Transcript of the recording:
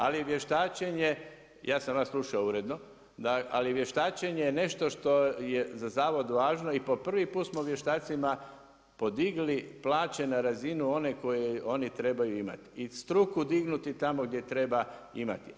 Ali vještačenje, ja sam vas slušao uredno, ali vještačenje je nešto što je za zavod važno i po prvi put smo vještacima podigli plaće na razinu one koju oni trebaju imati i struku dignuti tamo gdje treba imati.